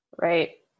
Right